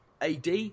AD